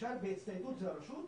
למשל בהצטיידות זה הרשות,